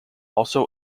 also